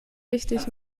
wichtig